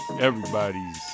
everybody's